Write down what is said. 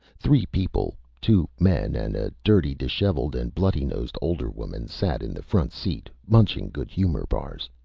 three people, two men and a dirty, disheveled and bloody-nosed older woman, sat in the front seat munching good humor bars.